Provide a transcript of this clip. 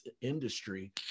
industry